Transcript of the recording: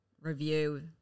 review